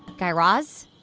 guy raz,